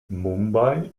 mumbai